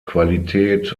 qualität